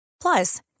Plus